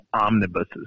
omnibuses